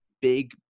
big